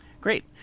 Great